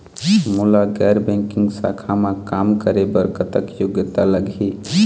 मोला गैर बैंकिंग शाखा मा काम करे बर कतक योग्यता लगही?